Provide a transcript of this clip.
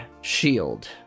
shield